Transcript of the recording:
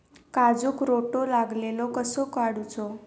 काजूक रोटो लागलेलो कसो काडूचो?